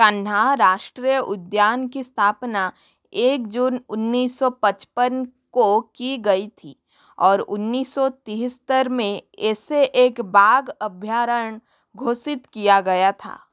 कान्हा राष्ट्रीय उद्यान की स्थापना एक जून उन्नीस सौ पचपन को की गई थी और उन्नीस सौ तिहत्तर में इसे एक बाघ अभयारण्य घोषित किया गया था